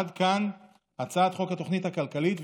עד כאן הצעת חוק התוכנית הכלכלית.